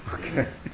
Okay